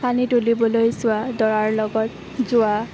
পানী তুলিবলৈ যোৱা দৰাৰ লগত যোৱা